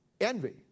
envy